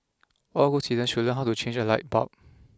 all good citizens should learn how to change a light bulb